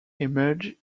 emerged